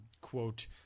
quote